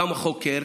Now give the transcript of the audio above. גם החוקר,